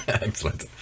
Excellent